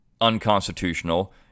unconstitutional